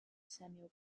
samuel